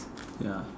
ya